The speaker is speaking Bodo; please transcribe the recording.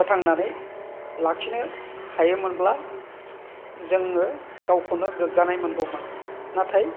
फोथांनानै लाखिनो हायोमोनब्ला जोङो गावखौनो गोग्गानाय मोनगौमोन नाथाय